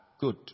good